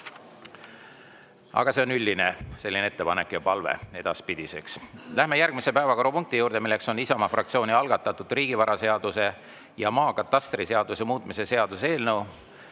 Aga see on üldine ettepanek ja palve edaspidiseks. Läheme järgmise päevakorrapunkti juurde, milleks on Isamaa fraktsiooni algatatud riigivaraseaduse ja maakatastriseaduse muutmise seaduse eelnõu,